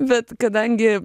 bet kadangi